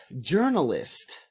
journalist